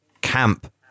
camp